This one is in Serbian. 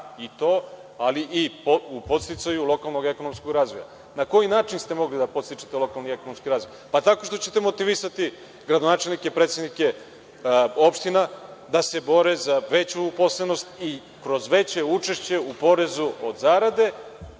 i to, ali i u podsticaju lokalnog ekonomskog razvoja. Na koji način ste mogli da podstičete lokalni ekonomski razvoj? Pa tako što ćete motivisati gradonačelnike i predsednike opština da se bore za veću uposlenost i kroz veće učešće u porezu od zarade,